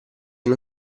non